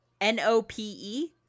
N-O-P-E